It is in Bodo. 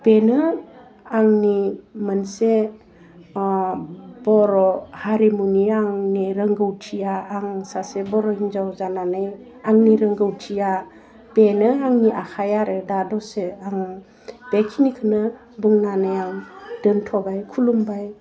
बेनो आंनि मोनसे अह बर' हारिमुनि आंनि रोंगौथिया आं सासे बर' हिन्जाव जानानै आंनि रोंगौथिया बेनो आंनि आखाइ आरो दा दसे आं बेखिनिखौनो बुंनानै आं दोन्थ'बाय खुलुमबाय